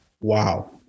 Wow